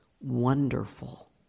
wonderful